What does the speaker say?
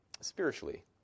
spiritually